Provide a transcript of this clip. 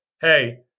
hey